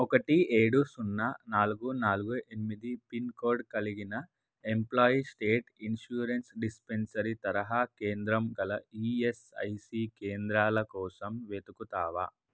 ఒకటి ఏడు సున్నా నాలుగు నాలుగు ఎనిమిది పిన్కోడ్ కలిగిన ఎంప్లాయీ స్టేట్ ఇన్షూరెన్స్ డిస్పెన్సరీ తరహా కేంద్రం గల ఈఎస్ఐసి కేంద్రాల కోసం వెతుకుతావా